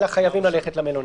אלא חייבים ללכת למלונית.